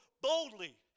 boldly